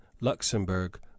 luxembourg